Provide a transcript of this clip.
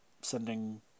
sending